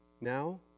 now